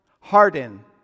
harden